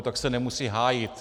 Tak se nemusí hájit.